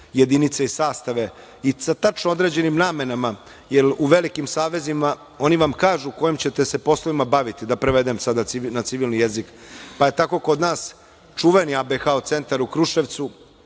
jedinice i sastave i sa tačno određenim namenama, jer u velikim savezima oni vam kažu kojem ćete se poslovima baviti, da prevedem sada na civilni jezik, pa je tako kod nas čuveni ABHO centar u Kruševcu